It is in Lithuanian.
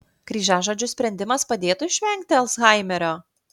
kryžiažodžių sprendimas padėtų išvengti alzhaimerio